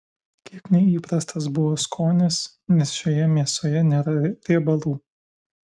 kiek neįprastas buvo skonis nes šioje mėsoje nėra riebalų